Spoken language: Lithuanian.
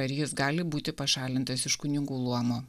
ar jis gali būti pašalintas iš kunigų luomo